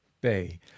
bay